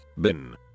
Bin